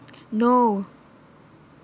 no